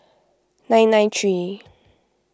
nine nine three